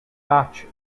batch